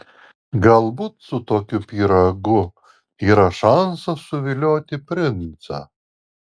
galbūt su tokiu pyragu yra šansas suvilioti princą